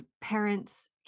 parents